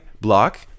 block